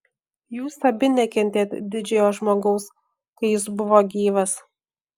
jūs abi nekentėt didžiojo žmogaus kai jis buvo gyvas